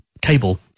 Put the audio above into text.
cable